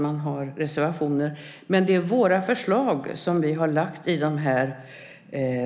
I reservationerna lägger vi fram våra förslag; de förslagen saknas på annat håll.